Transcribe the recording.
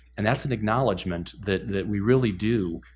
and that's an acknowledgement that that we really do,